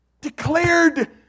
Declared